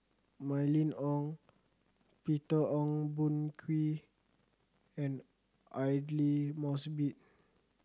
Mylene Ong Peter Ong Boon Kwee and Aidli Mosbit